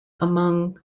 among